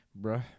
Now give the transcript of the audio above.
Bruh